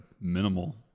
minimal